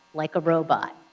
like a robot.